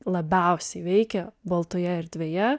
labiausiai veikia baltoje erdvėje